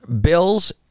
Bills